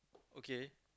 okay